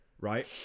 right